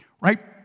Right